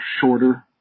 shorter